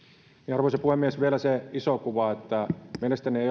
arvoisa puhemies vielä se iso kuva mielestäni